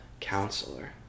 counselor